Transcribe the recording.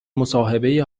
مصاحبه